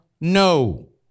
no